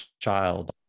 child